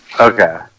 Okay